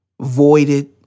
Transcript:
voided